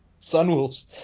Sunwolves